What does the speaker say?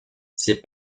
ses